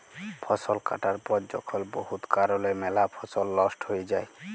ফসল কাটার পর যখল বহুত কারলে ম্যালা ফসল লস্ট হঁয়ে যায়